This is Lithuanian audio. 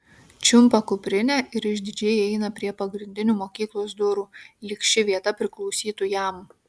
čiumpa kuprinę ir išdidžiai eina prie pagrindinių mokyklos durų lyg ši vieta priklausytų jam